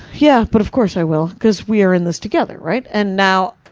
yeah, but of course i will. because we are in this together. right? and now,